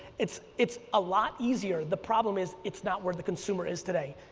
it's it's a lot easier. the problem is, it's not where the consumer is today.